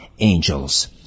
Angels